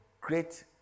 great